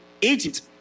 Egypt